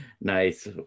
Nice